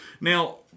Now